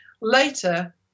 later